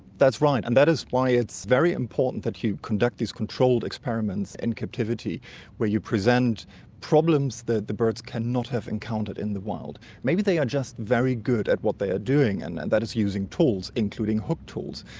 that's right, and that is why it's very important that you conduct these controlled experiments in and captivity where you present problems that the birds can not have encountered in the wild. maybe they are just very good at what they are doing, and and that is using tools, including hook tools,